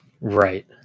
Right